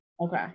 Okay